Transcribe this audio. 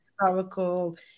historical